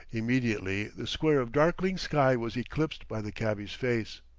immediately the square of darkling sky was eclipsed by the cabby's face.